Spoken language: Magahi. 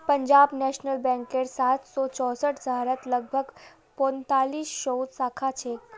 पंजाब नेशनल बैंकेर सात सौ चौसठ शहरत लगभग पैंतालीस सौ शाखा छेक